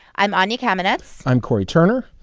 i'm anya kamenetz i'm cory turner.